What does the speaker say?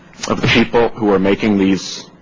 ah people who are making these